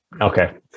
Okay